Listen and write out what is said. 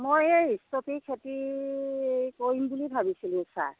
মই এই ষ্ট্ৰবেৰি খেতি কৰিম বুলি ভাবিছিলো ছাৰ